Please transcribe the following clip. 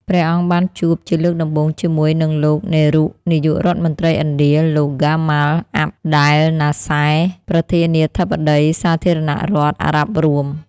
ព្រះអង្គបានជួបជាលើកដំបូងជាមួយនឹងលោក នេរុ នាយរដ្ឋមន្រ្តីឥណ្ឌា លោក ហ្គាម៉ាល់ អាប់ ដែល ណាស្ស៊ែរ ប្រធានាធិបតីសាធារណរដ្ឋអារ៉ាប់រួម។